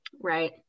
Right